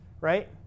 right